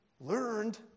learned